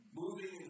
moving